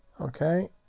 Okay